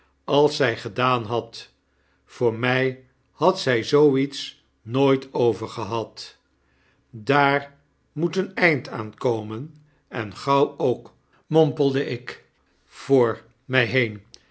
als zij gedaan had voor mij had zij zoo iets nooit overgehad daar moet een eind aan komen en gauw ook mompelde ik voor mij heen